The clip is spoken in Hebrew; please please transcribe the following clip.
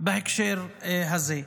בהקשר הזה.